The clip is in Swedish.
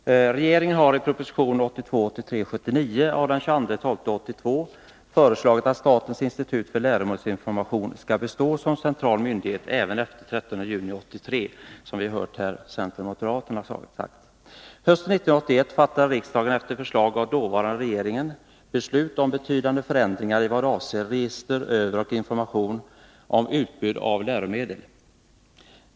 Herr talman! Regeringen har i proposition 1982/83:79 av den 22 december 1982 föreslagit att statens institut för läromedelsinformation skall bestå som central myndighet även efter den 30 juni 1983. Detta har även framförts av moderaternas och centerns talesmän här. Hösten 1981 fattade riksdagen, på förslag av den dåvarande regeringen, beslut om betydande förändringar beträffande register över och information om utbudet av läromedel.